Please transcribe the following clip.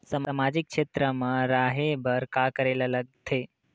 सामाजिक क्षेत्र मा रा हे बार का करे ला लग थे